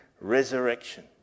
resurrection